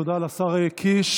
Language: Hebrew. תודה לשר קיש,